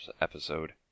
episode